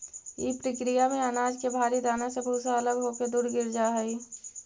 इ प्रक्रिया में अनाज के भारी दाना से भूसा अलग होके दूर गिर जा हई